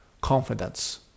confidence